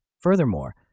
Furthermore